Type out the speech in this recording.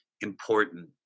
important